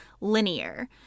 linear